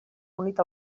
unit